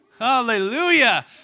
Hallelujah